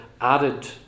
added